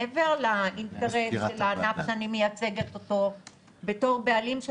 מעבר לאינטרס של הענף שאני מייצגת אותו בתור בעלים של